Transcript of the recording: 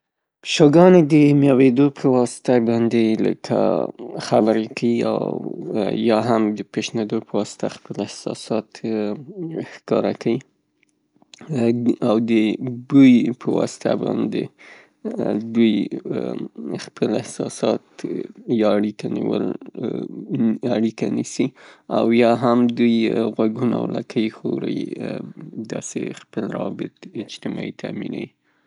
پیشوګانې د میویدو په واسطه باندې لکه خبرې کوي او یا هم د پشنیدو په واسطه خپل احساسات ښکاره کوي او د بوی په واسطه باندې دوی خپل احساسات یا اړیکه نیول یا اړیکه نیسي او یا هم دوی غوږونه او لکۍ ښوري داسې خپل روابط اجتماعي تامینيي.